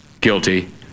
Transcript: guilty